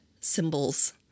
symbols